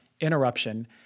interruption